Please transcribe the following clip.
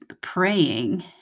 praying